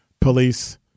Police